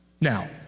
Now